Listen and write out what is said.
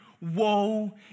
Woe